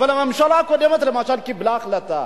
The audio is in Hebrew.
אבל הממשלה הקודמת קיבלה החלטה